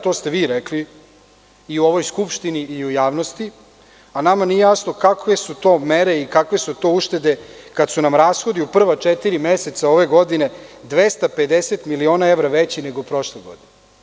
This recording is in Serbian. To ste vi rekli i u ovoj skupštini, i u javnosti, a nama nije jasno kakve su to mere i kakve su to uštede kada su nam rashodi u prva četiri meseca ove godine 250 miliona evra veći nego prošle godine.